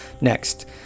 Next